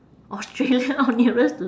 australia orh nearest to